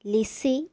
Lissy